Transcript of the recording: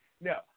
no